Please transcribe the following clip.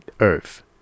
Earth